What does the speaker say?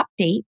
update